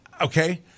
okay